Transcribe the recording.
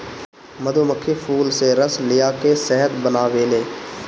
मधुमक्खी फूल से रस लिया के शहद बनावेले